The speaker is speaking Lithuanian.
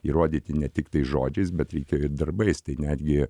įrodyti ne tik tais žodžiais bet reikia ir darbais tai netgi